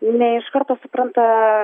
ne iš karto supranta